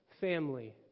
family